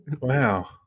Wow